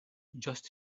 just